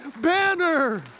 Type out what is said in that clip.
banner